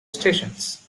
stations